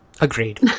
agreed